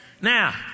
now